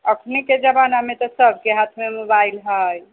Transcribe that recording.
अखनीके जमानामे तऽ सभके हाथमे मोबाइल हइ